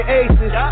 aces